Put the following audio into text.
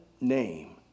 name